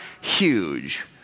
huge